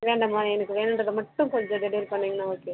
வேண்டாம்மா எனக்கு வேணுங்றத மட்டும் கொஞ்சம் டெலிவரி பண்ணிங்கனால் ஓகே